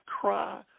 cry